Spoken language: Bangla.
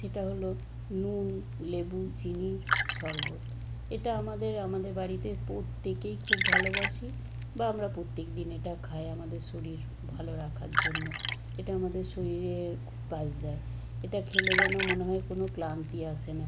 সেটা হল নুন লেবু চিনির শরবত এটা আমাদের আমাদের বাড়িতে প্রত্যেকেই খুব ভালোবাসি বা আমরা প্রত্যেক দিন এটা খাই আমাদের শরীর ভালো রাখার জন্য এটা আমাদের শরীরের খুব কাজ দেয় এটা খেলে যেন মনে হয় কোনও ক্লান্তি আসে না